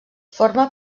forma